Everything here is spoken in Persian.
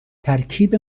ترکیب